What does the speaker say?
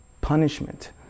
punishment